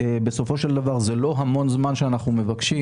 בסופו של דבר זה לא המון זמן שאנחנו מבקשים,